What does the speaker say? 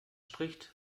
spricht